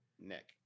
Nick